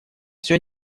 все